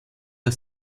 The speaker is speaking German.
der